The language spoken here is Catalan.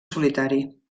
solitari